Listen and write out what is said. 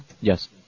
Yes